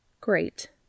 Great